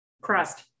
Crust